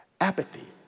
Apathy